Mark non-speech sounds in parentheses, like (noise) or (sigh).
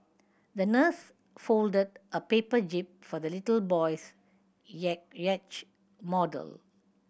the nurse folded a paper jib for the little boy's (unintelligible) yacht model